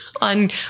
on